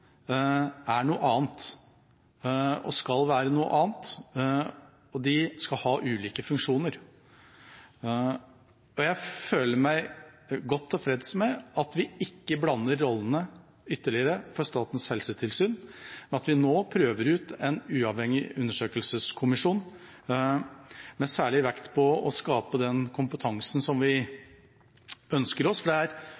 er noe annet og skal være noe annet, og de skal ha ulike funksjoner. Jeg føler meg godt tilfreds med at vi ikke blander rollene ytterligere for Statens helsetilsyn, men at vi nå prøver ut en uavhengig undersøkelseskommisjon med særlig vekt på å skape den kompetansen